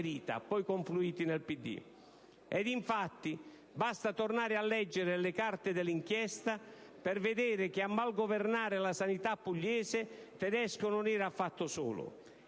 poi confluiti nel PD. Ed infatti basta tornare a leggere le carte dell'inchiesta per vedere che a mal governare la sanità pugliese Tedesco non era affatto solo.